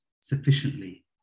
sufficiently